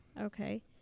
Okay